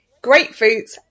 grapefruits